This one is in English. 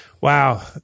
wow